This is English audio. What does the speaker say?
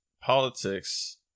politics